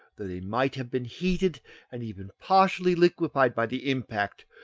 though they might have been heated and even partially liquefied by the impact,